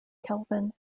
kelvin